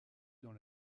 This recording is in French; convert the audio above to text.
dans